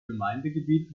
gemeindegebiet